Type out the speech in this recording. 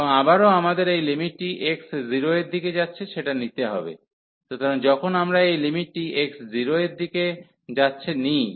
এবং আবারও আমাদের এই লিমিটটি x 0 এর দিকে যাচ্ছে সেটা নিতে হবে সুতরাং যখন আমরা এই লিমিটটি x 0 এর দিকে যাচ্ছে নিই